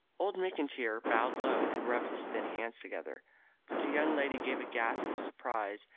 old mcintyre bowed low and rubbed his thin hands together but the young lady gave a gasp of surprise,